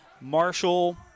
Marshall